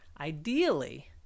Ideally